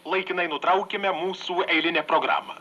laikinai nutraukiame mūsų eilinę programą